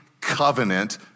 covenant